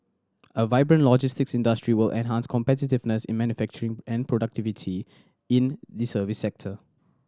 a vibrant logistics industry will enhance competitiveness in manufacturing and productivity in the service sector